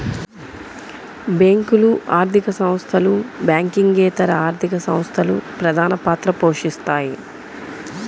బ్యేంకులు, ఆర్థిక సంస్థలు, బ్యాంకింగేతర ఆర్థిక సంస్థలు ప్రధానపాత్ర పోషిత్తాయి